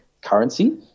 currency